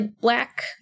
black